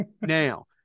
Now